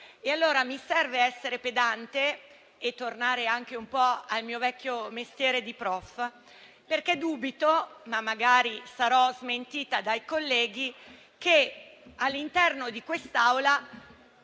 mi serve essere pedante e tornare anche al mio vecchio mestiere di professoressa. Io dubito, ma magari sarò smentita dai colleghi, che all'interno di quest'Aula